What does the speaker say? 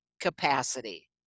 capacity